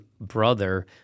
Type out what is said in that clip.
brother